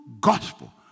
gospel